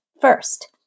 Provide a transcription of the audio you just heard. First